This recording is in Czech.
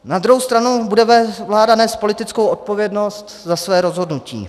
Na druhou stranu bude vláda nést politickou odpovědnost za své rozhodnutí.